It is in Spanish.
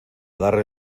darle